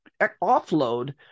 offload